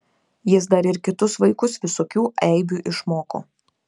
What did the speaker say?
jis dar ir kitus vaikus visokių eibių išmoko